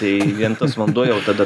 tai vien tas vanduo jau tada